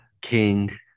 king